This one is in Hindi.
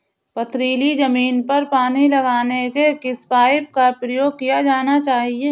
पथरीली ज़मीन पर पानी लगाने के किस पाइप का प्रयोग किया जाना चाहिए?